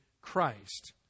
Christ